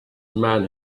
man